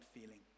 feeling